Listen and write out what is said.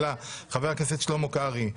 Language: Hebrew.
אלא חבר הכנסת שלמה קרעי,